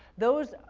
those,